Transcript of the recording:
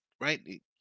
right